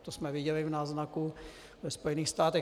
To jsme viděli v náznaku ve Spojených státech.